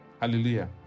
hallelujah